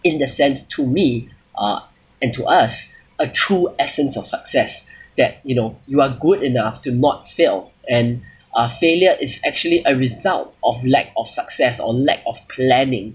in the sense to me uh and to us a true essence of success that you know you are good enough to not fail and uh failure is actually a result of lack of success or lack of planning